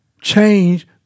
change